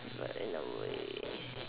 but in a way